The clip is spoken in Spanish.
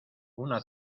una